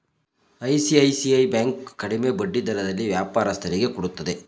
ICICI bank ಕಡಿಮೆ ಬಡ್ಡಿ ದರದಲ್ಲಿ ವ್ಯಾಪಾರಸ್ಥರಿಗೆ ಕೊಡುತ್ತದೆ